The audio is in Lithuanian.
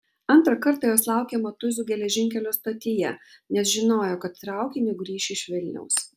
antrą kartą jos laukė matuizų geležinkelio stotyje nes žinojo kad traukiniu grįš iš vilniaus